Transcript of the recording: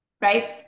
Right